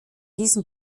diesem